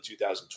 2012